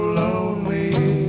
lonely